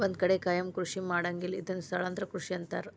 ಒಂದ ಕಡೆ ಕಾಯಮ ಕೃಷಿ ಮಾಡಂಗಿಲ್ಲಾ ಇದನ್ನ ಸ್ಥಳಾಂತರ ಕೃಷಿ ಅಂತಾರ